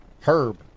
Herb